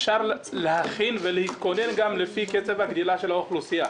אפשר להתכונן גם לפי קצב הגדילה של האוכלוסייה.